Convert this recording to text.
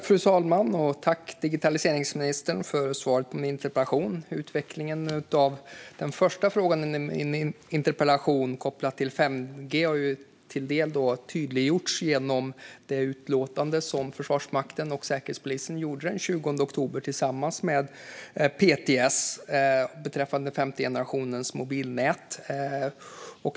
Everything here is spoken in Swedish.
Fru talman! Tack, digitaliseringsministern, för svaret på min interpellation! Utvecklingen av den första frågan i min interpellation, kopplad till 5G, har till del tydliggjorts genom det utlåtande som Försvarsmakten och Säkerhetspolisen gjorde den 20 oktober tillsammans med PTS beträffande femte generationens mobilnät.